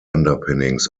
underpinnings